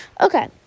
Okay